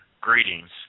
greetings